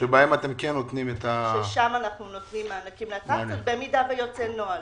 ששם אנחנו נותנים במידה ויצא נוהל,